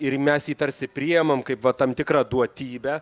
ir mes jį tarsi priimam kaip va tam tikrą duotybę